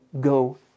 go